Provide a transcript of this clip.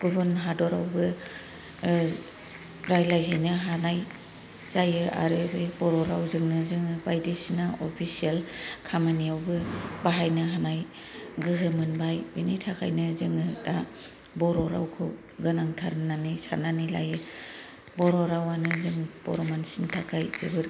गुबुन हादरावबो रायलायहैनो हानाय जायो आरो बे बर' रावजोंनो जोङो बायदिसिना अफिसियेल खामानियावबो बाहायनो हानाय गोहो मोनबाय बेनि थाखायनो जोङो दा बर' रावखौ गोनांथार होननानै साननानै लायो बर' रावानो जों बर' मानसिनि थाखाय जोबोद